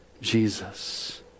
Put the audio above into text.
Jesus